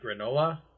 granola